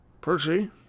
Percy